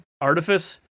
artifice